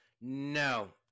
No